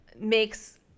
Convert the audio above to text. makes